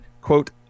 quote